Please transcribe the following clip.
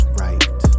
right